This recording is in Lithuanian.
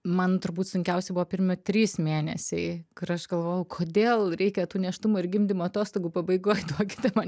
man turbūt sunkiausia buvo pirmi trys mėnesiai kur aš galvojau kodėl reikia tų nėštumo ir gimdymo atostogų pabaigoj duokite man